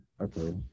Okay